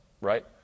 right